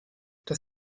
das